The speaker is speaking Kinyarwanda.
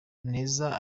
neza